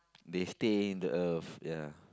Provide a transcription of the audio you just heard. they stay in the earth ya